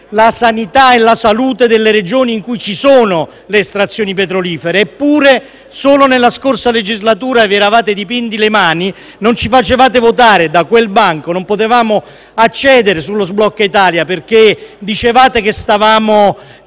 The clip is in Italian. persone che vivono nelle Regioni dove si fanno le estrazioni petrolifere. Eppure, solo nella scorsa legislatura vi eravate dipinti le mani. Non ci facevate votare. Da quel banco non potevamo accedere sullo sblocca Italia perché dicevate che stavamo